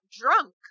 drunk